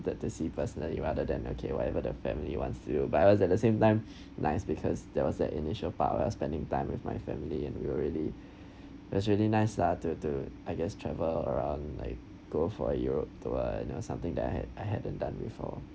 wanted to see personally rather than okay whatever the family wants to but I was at the same time nice because there was an initial part of I spending time with my family and we were really actually nice lah to to I guess travel around like go for europe tour you know something that I had I hadn't done before